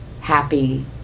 happy